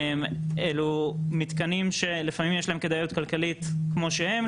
אלו מתקנים שלפעמים יש להם כדאיות כלכליות כמו שהם,